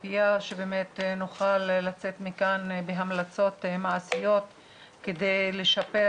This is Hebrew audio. בציפייה שנוכל לצאת מכאן בהמלצות מעשיות כדי לשפר